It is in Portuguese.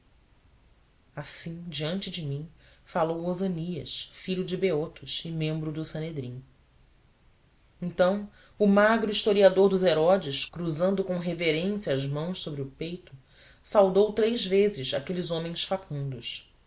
assim diante de mim falou osânias filho de beotos e membro de sanedrim então o magro historiador dos herodes cruzando com reverência as mãos sobre o peito saudou três vezes aqueles homens facundos